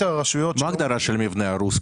מהי ההגדרה של מבנה הרוס?